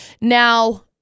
Now